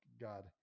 God